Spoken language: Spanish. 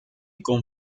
con